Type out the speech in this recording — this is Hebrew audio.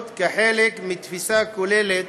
כחלק מתפיסה כוללת